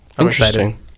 Interesting